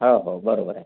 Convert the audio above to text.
हो हो बरोबर आहे